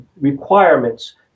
requirements